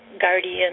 guardian